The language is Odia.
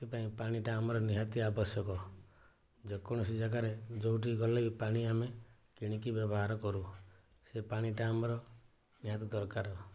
ସେଥିପାଇଁ ପାଣିଟା ଆମର ନିହାତି ଆବଶ୍ୟକ ଯେ କୌଣସି ଜାଗାରେ ଯେଉଁଠିକି ଗଲେ ବି ଆମେ ପାଣି କିଣିକି ବ୍ୟବହାର କରୁ ସେ ପାଣିଟା ଆମର ନିହାତି ଦରକାର